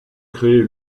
créer